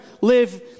live